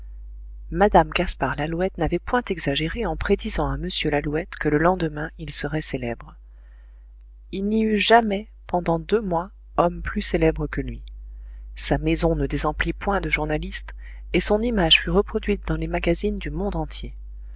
madame gaspard lalouette n'avait point exagéré en prédisant à m lalouette que le lendemain il serait célèbre il n'y eut jamais pendant deux mois homme plus célèbre que lui sa maison ne désemplit point de journalistes et son image fut reproduite dans les magazines du monde entier